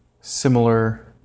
similar